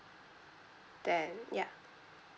then ya